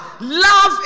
Love